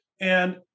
And-